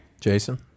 Jason